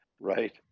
right